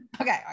okay